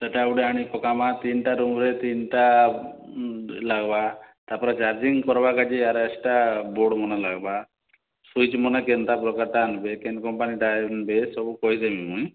ସେଟା ଗୋଟେ ଆଣି ପକାମା ତିନ୍ଟା ରୁମ୍ରେ ତିନ୍ଟା ଲାଗ୍ବା ତାପରେ ଚାର୍ଜିଙ୍ଗ୍ କର୍ବାକେ ବି ଆର୍ ଏକ୍ସଟ୍ରା ବୋର୍ଡ଼ମାନେ ଲାଗ୍ବା ସୁଇଜ୍ମାନେ କେନ୍ତା ପ୍ରକାର୍ଟା ଆନ୍ବେ କେନ୍ କମ୍ପାନୀଟା ଆନବେ ଏ ସବୁ କହିଦେବି ମୁଇଁ